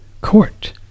court